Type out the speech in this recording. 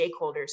stakeholders